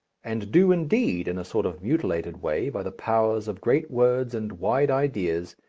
and do, indeed, in a sort of mutilated way, by the powers of great words and wide ideas,